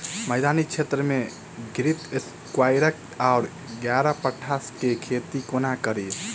मैदानी क्षेत्र मे घृतक्वाइर वा ग्यारपाठा केँ खेती कोना कड़ी?